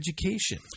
education